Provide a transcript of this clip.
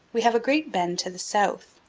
we have a great bend to the south,